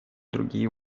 другие